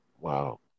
Wow